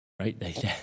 right